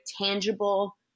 tangible